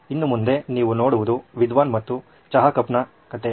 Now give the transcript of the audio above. ಇನ್ನು ಮುಂದೆ ನೀವು ನೋಡುವುದು ವಿದ್ವಾನ್ ಮತ್ತು ಚಹಾ ಕಪ್ ನ ಕಥೆ